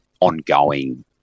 ongoing